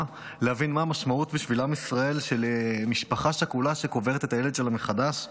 להבין מה המשמעות בשביל עם ישראל של משפחה שכולה שקוברת את הילד שלה מחדש?